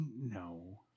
no